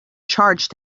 charged